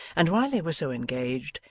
and while they were so engaged,